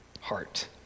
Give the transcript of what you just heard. heart